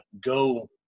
Go